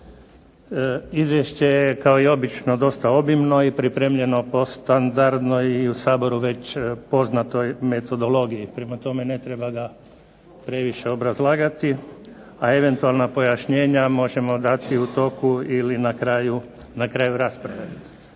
Izvješće je kao i obično dosta obimno i pripremljeno po standardnoj i u Saboru već poznatoj metodologiji, prema tome ne treba ga previše obrazlagati, a eventualna pojašnjenja možemo dati u toku ili na kraju rasprave.